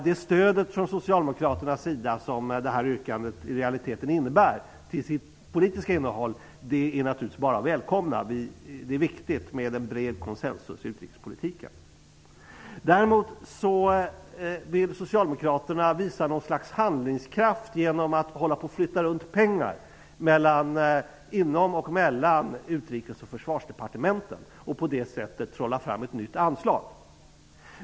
Det stöd till sitt politiska innehåll som detta yrkande från Socialdemokraternas sida i realiteten innebär är naturligtvis välkommet. Det är viktigt med en bred konsensus i utrikespolitiken. Däremot vill Socialdemokraterna visa något slags handlingskraft genom att flytta runt pengar inom och mellan Utrikes och Försvarsdepartementen. På det sättet trollas ett nytt anslag fram.